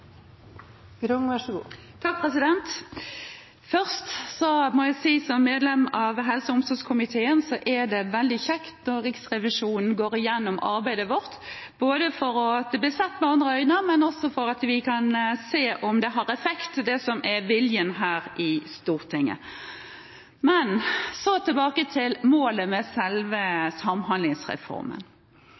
Først må jeg si som medlem av helse- og omsorgskomiteen at det er veldig kjekt at Riksrevisjonen går igjennom arbeidet vårt – både fordi det blir sett med andre øyne, og fordi vi kan se om det har effekt, det som er viljen her i Stortinget. Så tilbake til målet med selve samhandlingsreformen.